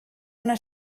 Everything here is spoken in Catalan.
una